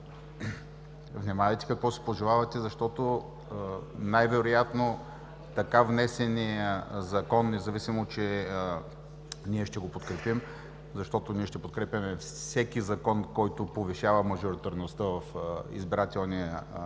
внимавайте какво си пожелавате, защото най-вероятно така внесения закон, независимо че ние ще го подкрепим, тъй като ние ще подкрепяме всеки закон, който повишава мажоритарността в Избирателния кодекс,